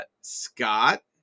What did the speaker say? Scott